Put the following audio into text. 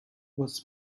was